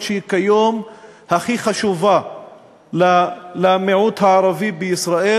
שהיא כיום הכי חשובה למיעוט הערבי בישראל.